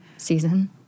Season